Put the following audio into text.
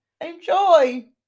Enjoy